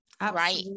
Right